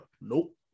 Nope